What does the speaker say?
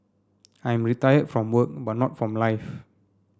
I am retired from work but not from life